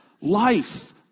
life